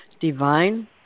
Divine